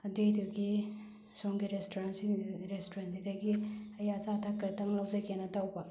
ꯑꯗꯨꯏꯗꯨꯒꯤ ꯁꯣꯝꯒꯤ ꯔꯦꯁꯇꯨꯔꯦꯟꯁꯤꯗꯒꯤ ꯑꯩ ꯑꯆꯥ ꯑꯊꯛ ꯈꯤꯇꯪ ꯂꯧꯖꯒꯦꯅ ꯇꯧꯕ